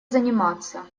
заниматься